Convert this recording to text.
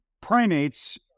primates